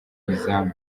izamu